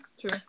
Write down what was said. true